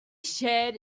shared